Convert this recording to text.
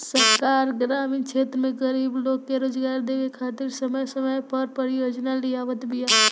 सरकार ग्रामीण क्षेत्र में गरीब लोग के रोजगार देवे खातिर समय समय पअ परियोजना लियावत बिया